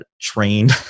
trained